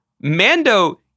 Mando